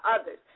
others